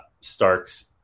Starks